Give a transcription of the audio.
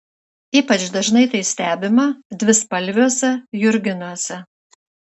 ypač dažnai tai stebima dvispalviuose jurginuose